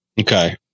Okay